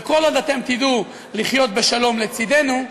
וכל עוד אתם תדעו לחיות בשלום לצדנו,